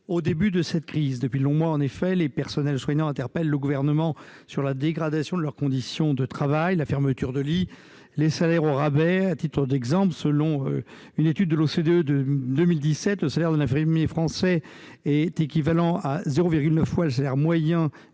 commencé avec cette crise. Depuis de longs mois en effet, le personnel soignant interpelle le Gouvernement sur la dégradation de ses conditions de travail, les fermetures de lits et les salaires au rabais. À titre d'exemple, selon une étude de l'OCDE publiée en 2017, le salaire d'un infirmier français s'élève à 0,9 fois le salaire moyen